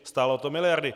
Stálo to miliardy.